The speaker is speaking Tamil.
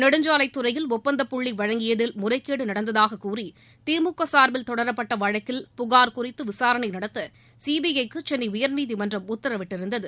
நெடுஞ்சாலைத் துறையில் ஒப்பந்தப்புள்ளி வழங்கியதில் முறைகேடு நடந்ததாக கூறி திமுக சார்பில் தொடரப்பட்ட வழக்கில் புகார் குறித்து விசாரணை நடத்த சிபிஐக்கு சென்னை உயர்நீதிமன்றம் உத்தரவிட்டிருந்தது